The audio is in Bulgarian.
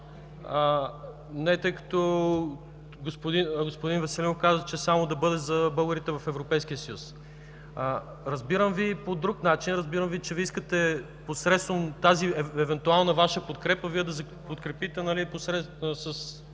тъй като господин Веселинов каза, че само да бъде за българите в Европейския съюз. Разбирам Ви по друг начин. Разбирам Ви, че Вие искате посредством тази евентуална Ваша подкрепа, Вие да подкрепите с